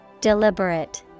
Deliberate